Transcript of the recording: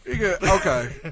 Okay